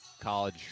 college